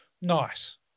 Nice